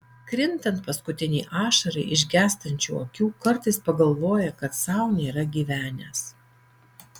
krintant paskutinei ašarai iš gęstančių akių kartais pagalvoja kad sau nėra gyvenęs